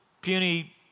puny